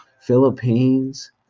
Philippines